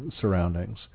surroundings